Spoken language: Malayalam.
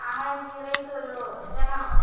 അങ്ങനെയാണെങ്കിൽ ഗീ റൈസ് ഒരു രണ്ടെണ്ണം മതി